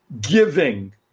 giving